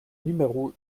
numéro